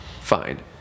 Fine